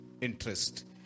interest